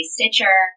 Stitcher